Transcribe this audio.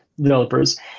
developers